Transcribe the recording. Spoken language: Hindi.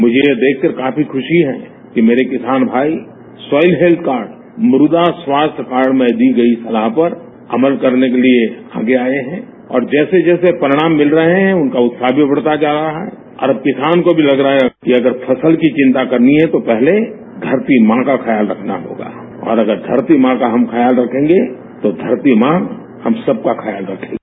मुझे ये देखकर काफी खुशी है कि मेरे किसान भाई सोईल हैल्थ कार्ड मृदा स्वास्थ्य कार्ड में दी गई सलाह पर अमल करने के लिए आगे आए हैं और जैसे जैसे परिणाम मिल रहे हैं उनका उत्साह भी बढ़ता जा रहा है और अब किसान को भी लग रहा है कि अगर फसल की चिंता करनी है तो पहले धरती मां का ख्याल रखना होगा और अगर धरती मां का हम ख्याल रखेंगे तो धरती मां हम सबका ख्याल रखेगी